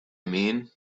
mean